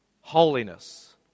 holiness